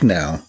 now